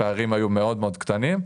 הפערים היו מאוד קטנים.